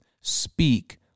speak